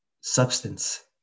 substance